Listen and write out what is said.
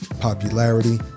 popularity